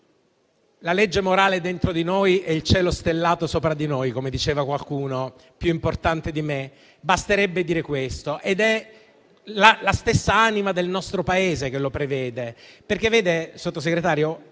la legge morale dentro di noi e il cielo stellato sopra di noi, come diceva qualcuno più importante di me. Basterebbe dire questo. Ed è la stessa anima del nostro Paese che lo prevede. Signor Sottosegretario,